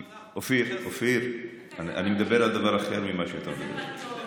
אופיר, אני מדבר על דבר אחר ממה שאתה מדבר.